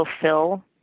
fulfill